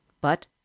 But